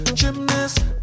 gymnast